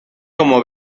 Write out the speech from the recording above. como